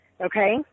Okay